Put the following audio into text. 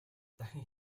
дахин